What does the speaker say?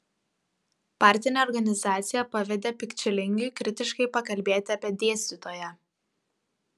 partinė organizacija pavedė pikčilingiui kritiškai pakalbėti apie dėstytoją